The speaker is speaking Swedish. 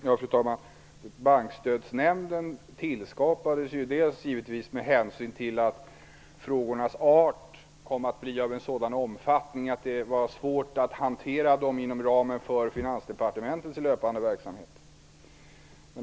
Fru talman! Bankstödsnämnden skapades dels med hänsyn till att frågornas art kom att bli av sådan omfattning att det var svårt att hantera dem inom ramen för Finansdepartementets löpande verksamhet.